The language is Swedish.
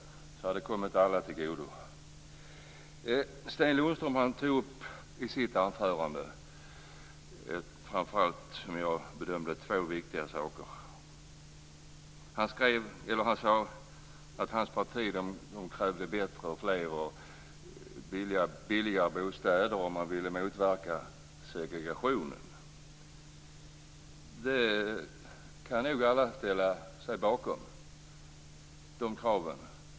Det hade kommit alla till godo. Sten Lundström tog upp i sitt anförande framför allt två, som jag bedömer det, viktiga saker. Han sade att hans parti krävde bättre, fler och billigare bostäder, och man ville motverka segregationen. De kraven kan nog alla ställa sig bakom.